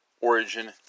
origin